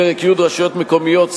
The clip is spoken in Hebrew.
פרק י' רשויות מקומיות,